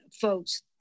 folks